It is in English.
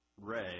Ray